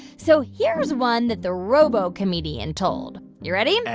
so here's one that the robo comedian told. you ready?